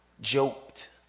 joked